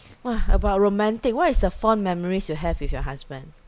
!wah! about romantic what is the fond memories you have with your husband